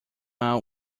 out